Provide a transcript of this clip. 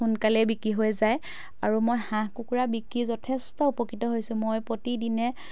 সোনকালেই বিক্ৰী হৈ যায় আৰু মই হাঁহ কুকুৰা বিক্ৰী যথেষ্ট উপকৃত হৈছোঁ মই প্ৰতিদিনে